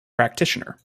practitioner